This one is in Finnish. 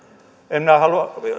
en minä halua